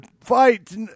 fight